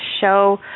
show